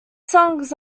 songs